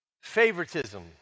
favoritism